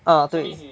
ah 对